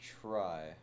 try